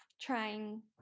trying